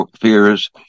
fears